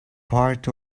part